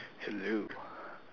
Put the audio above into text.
hello